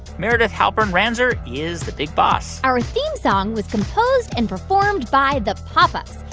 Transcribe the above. meredith halpern-ranzer is the big boss our theme song was composed and performed by the pop ups.